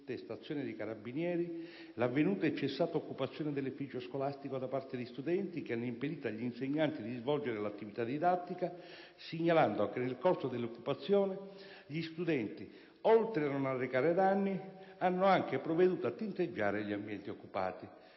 competente stazione dei carabinieri, l'avvenuta e cessata occupazione dell'edificio scolastico da parte di studenti che hanno impedito agli insegnanti di svolgere l'attività didattica, segnalando che nel corso dell'occupazione gli studenti, oltre a non arrecare danni, hanno anche provveduto a tinteggiare gli ambienti occupati.